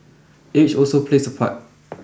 age also plays a part